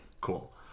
Cool